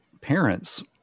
parents